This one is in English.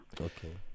Okay